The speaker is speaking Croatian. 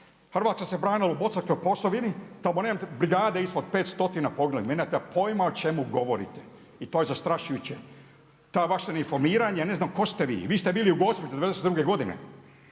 Hrvatska se branila u Bosanskoj Posavini, tamo nemate brigade ispod 500 …/Govornik se ne razumije./…vi nemate pojma o čemu govorite. I to je zastrašujuće. Ta vaša neinformiranje, ja ne znam tko ste vi? Vi ste bili u Gospiću '92. godine,